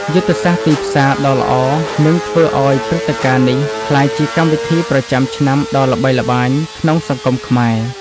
យុទ្ធសាស្ត្រទីផ្សារដ៏ល្អនឹងធ្វើឱ្យព្រឹត្តិការណ៍នេះក្លាយជាកម្មវិធីប្រចាំឆ្នាំដ៏ល្បីល្បាញក្នុងសង្គមខ្មែរ។